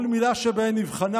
כל מילה בהן נבחנה.